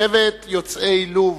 שבט יוצאי לוב,